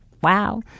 wow